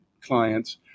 clients